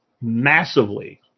massively